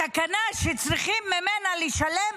בתקנה שממנה צריכים לשלם,